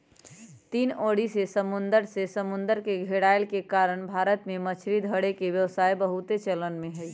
तीन ओरी से समुन्दर से घेरायल के कारण भारत में मछरी धरे के व्यवसाय बहुते चलन में हइ